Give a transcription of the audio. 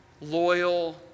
loyal